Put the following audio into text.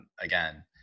again